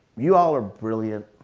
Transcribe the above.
you all are brilliant.